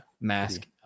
mask